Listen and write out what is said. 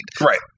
Right